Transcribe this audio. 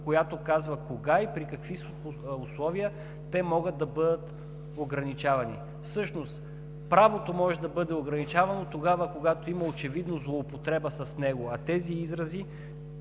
която казва кога и при какви условия те могат да бъдат ограничавани. Всъщност правото може да бъде ограничавано тогава, когато има очевидно злоупотреба с него, а тези изрази,